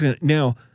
Now